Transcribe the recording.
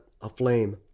aflame